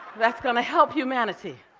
that's gonna help humanity,